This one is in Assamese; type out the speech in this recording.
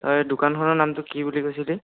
তই দোকানখনৰ নামটো কি বুলি কৈছিলি